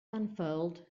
unfurled